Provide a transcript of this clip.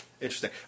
interesting